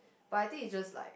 but I think it's just like